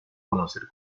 conocer